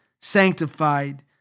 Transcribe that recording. sanctified